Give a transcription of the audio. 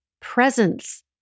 presence